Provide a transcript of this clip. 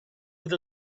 with